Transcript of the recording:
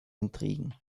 intrigen